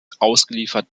ausgeliefert